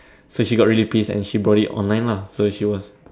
so she got really pissed and she brought it online lah so she was